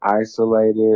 isolated